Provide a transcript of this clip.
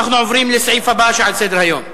נעבור להצעות לסדר-היום בנושא: